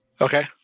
Okay